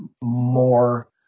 more